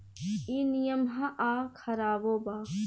ई निमन ह आ खराबो बा